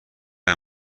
های